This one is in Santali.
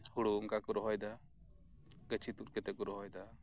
ᱦᱳᱲᱳ ᱚᱝᱠᱟ ᱠᱚ ᱨᱚᱦᱚᱭ ᱫᱟ ᱜᱟᱪᱷᱤ ᱛᱩᱫ ᱠᱟᱛᱮᱫ ᱠᱚ ᱨᱚᱦᱚᱭᱫᱟ